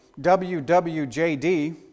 WWJD